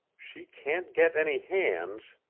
she can't get any hands